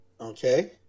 Okay